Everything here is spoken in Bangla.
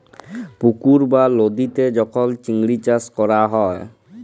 পুকুর বা লদীতে যখল চিংড়ি চাষ ক্যরা হ্যয়